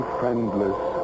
friendless